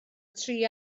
tri